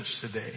today